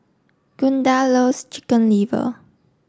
Gunda loves chicken liver